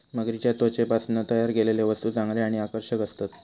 मगरीच्या त्वचेपासना तयार केलेले वस्तु चांगले आणि आकर्षक असतत